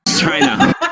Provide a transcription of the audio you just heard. China